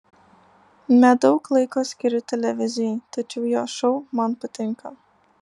nedaug laiko skiriu televizijai tačiau jo šou man patinka